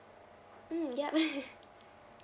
mm ya